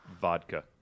Vodka